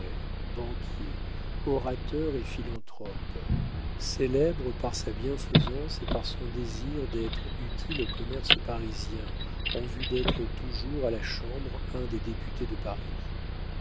orateur et philanthrope célèbre par sa bienfaisance et par son désir d'être utile au commerce parisien en vue d'être toujours à la chambre un des députés de paris